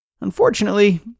Unfortunately